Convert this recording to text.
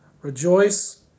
rejoice